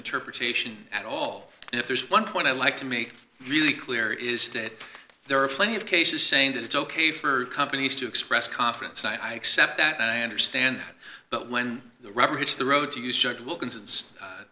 interpretation at all if there's one point i'd like to make really clear is that there are plenty of cases saying that it's ok for companies to express confidence and i accept that and i understand that but when the rubber hits the road to